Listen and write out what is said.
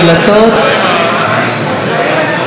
חברי הכנסת,